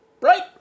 right